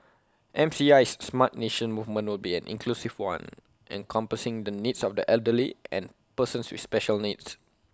MCI's Smart Nation movement will be an inclusive one encompassing the needs of the elderly and persons with special needs